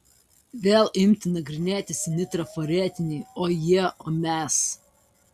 vėl imti nagrinėti seni trafaretiniai o jie o mes